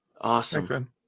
awesome